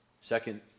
Second